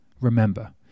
Remember